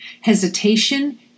Hesitation